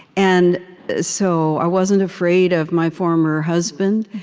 and so i wasn't afraid of my former husband.